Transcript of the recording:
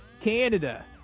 Canada